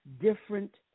different